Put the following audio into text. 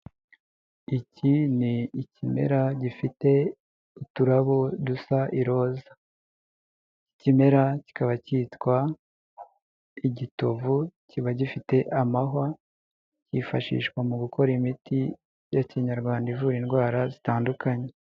Iki ni ikimera gifite uturabo dusa iroza, ikimera kikaba cyitwa igitovu, kiba gifite amahwa yifashishwa mu gukora imiti ya kinyarwanda, ivura indwara zitandukanye.